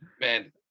Man